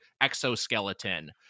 exoskeleton